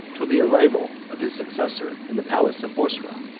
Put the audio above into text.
till the arrival of his successor in the palace of boursa.